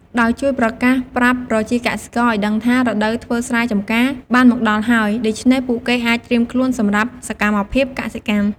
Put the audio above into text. ដោយជួយប្រកាសប្រាប់ប្រជាកសិករ ឱ្យដឹងថា រដូវធ្វើស្រែចម្ការបានមកដល់ហើយ ដូច្នេះពួកគេអាចត្រៀមខ្លួនសម្រាប់សកម្មភាពកសិកម្ម។